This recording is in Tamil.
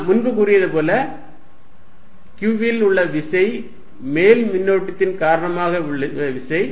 நாம் முன்பு கூறியது போல q இல் உள்ள விசை மேல் மின்னூட்டத்தின் காரணமாக உள்ள விசை